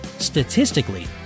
Statistically